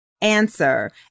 answer